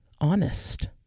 honest